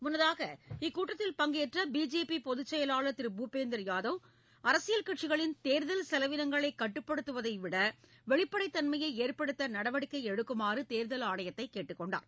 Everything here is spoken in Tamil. முன்னதாக இக்கூட்டத்தில் பங்கேற்ற பிஜேபி பொதுச் செயலாளர் திரு பூபேந்தர் யாதவ் அரசியல் கட்சிகளின் தேர்தல் செலவிளங்களை கட்டுப்படுத்துவதைவிட வெளிப்படைத் தன்மையை ஏற்படுத்த நடவடிக்கை எடுக்குமாறு தேர்தல் ஆணையத்தை கேட்டுக் கொண்டார்